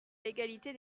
l’égalité